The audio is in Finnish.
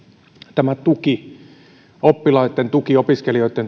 tämä tuki oppilaiden tuki opiskelijoiden